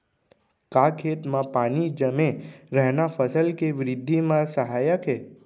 का खेत म पानी जमे रहना फसल के वृद्धि म सहायक हे?